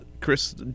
Chris